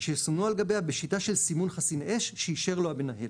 שיסומנו על גביה בשיטה של סימון חסין אש שאישר לו המנהל,